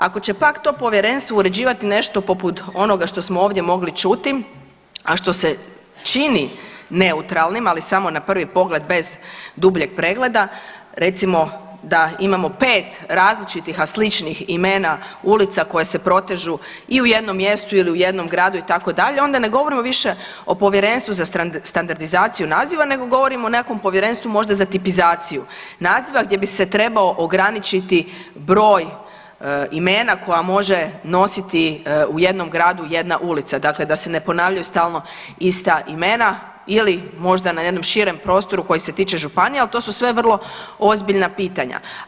Ako će pak to povjerenstvo uređivati nešto poput onoga što smo ovdje mogli čuti, a što se čini neutralnim, ali samo na prvi pogled bez dubljeg pregleda, recimo da imamo pet različitih, a sličnih imena ulica koje se protežu i u jednom mjestu ili u jednom gradu itd. onda ne govorimo više o povjerenstvu za standardizaciju naziva nego govorimo o nekakvom povjerenstvu možda za tipizaciju naziva gdje bi se trebao ograničiti broj imena koja može nositi u jednom gradu jedna ulica, dakle da se ne ponavljaju stalno ista imena ili možda na jednom širem prostoru koji se tiče županija, ali to su sve vrlo ozbiljna pitanja.